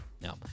No